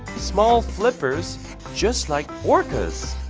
small flippers just like orca's!